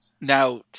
Now